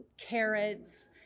carrots